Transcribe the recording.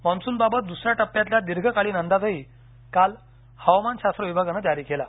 मॉन्सूनबाबत दुसऱ्या टप्प्यातला दीर्घकालीन अंदाजही काल हवामानशास्त्र विभागानं जारी केला